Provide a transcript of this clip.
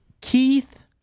Keith